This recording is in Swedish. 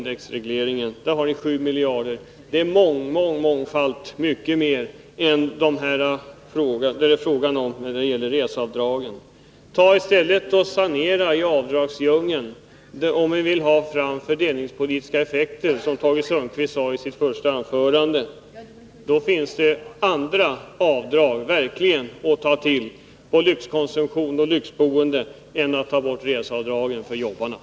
Där har ni sju miljarder. Det är mångfalt mer än det är fråga om när det gäller reseavdragen. Eller ta i stället och sanera i avdragsdjungeln! Om ni vill ha till stånd fördelningspolitiska effekter, som Tage Sundkvist sade i sitt första anförande, finns det verkligen andra avdrag att ta bort än jobbarnas reseavdrag -— jag tänker på avdragen för lyxkonsumtion och lyxboende.